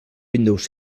windows